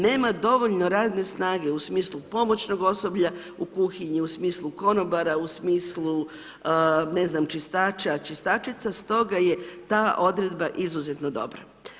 Nema dovoljno radne snage u smislu pomoćnog osoblja u kuhinji , u smislu konobara, u smislu, ne znam, čistača, čistačice, stoga je ta odredba izuzetno dobra.